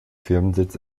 firmensitz